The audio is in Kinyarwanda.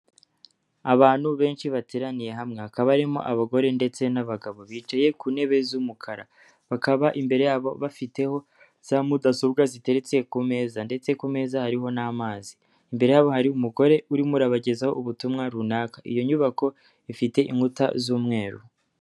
Abantu benshi bateraniye hamwe, hakaba barimo abagore ndetse n'abagabo, bicaye ku ntebe z'umukara, bakaba imbere yabo bafiteho za mudasobwa, zitetse ku meza ndetse ku meza hariho n'amazi, imbere yabo hari umugore urimo urabagezaho ubutumwa runaka, iyo nyubako ifite inkuta z'umweru.